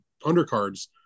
undercards